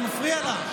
אתה מפריע לה.